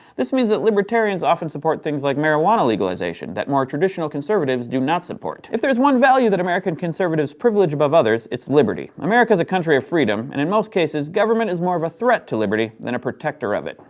this means that libertarians often support things like marijuana legalization that more traditional conservatives do not support. if there's one value that american conservatives privilege above others, it's liberty. america is a country of freedom, and in most cases, government is more of a threat to liberty than a protector of it.